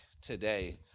today